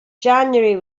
january